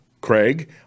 Craig